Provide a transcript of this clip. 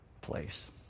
place